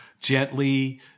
gently